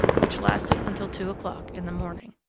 which lasted until two o'clock in the morning.